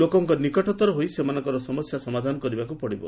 ଲୋକଙ୍କ ନିକଟତର ହୋଇ ସେମାନଙ୍କର ସମସ୍ୟା ସମାଧାନ କରିବାକୁ ପଡ଼ିବ